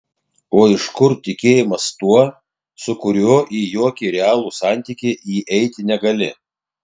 o iš kur tikėjimas tuo su kuriuo į jokį realų santykį įeiti negali